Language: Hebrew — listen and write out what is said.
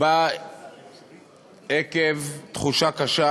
באה עקב תחושה קשה